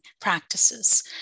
practices